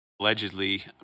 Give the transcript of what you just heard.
allegedly